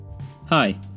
hi